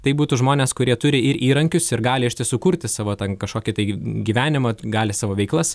tai būtų žmonės kurie turi ir įrankius ir gali iš tiesų kurti savo kažkokį tai gyvenimą gali savo veiklas